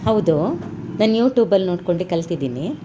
ಹೌದು ನಾನು ಯೂಟೂಬಲ್ಲಿ ನೋಡ್ಕೊಂಡೆ ಕಲ್ತಿದ್ದೀನಿ